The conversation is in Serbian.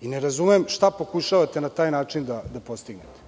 Ne razumem šta pokušavate na taj način da postignete?